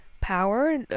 power